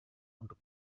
untuk